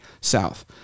south